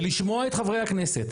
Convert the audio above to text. ולשמוע את חברי הכנסת.